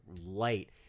light